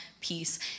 peace